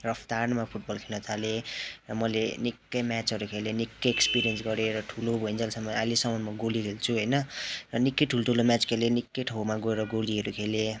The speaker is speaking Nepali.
रफ्तारमा फुटबल खेल्न थालेँ र मैले निकै म्याचहरू खेलेँ निकै एक्सपिरियन्स गरेँ र ठुलो भइन्जेलसम्म आइलेसम्म म गोली खेल्छु होइन र निक्कै ठुलठुलो म्याच खेलेँ निक्कै ठाउँमा गएर गोलीहरू खेलेँ